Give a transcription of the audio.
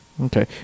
Okay